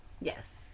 Yes